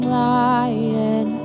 lion